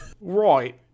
Right